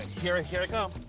here ah here i come.